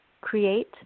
create